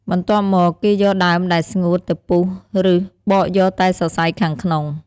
បន្ទាប់មកគេយកដើមដែលស្ងួត ទៅពុះ ឬបកយកតែសរសៃខាងក្នុង។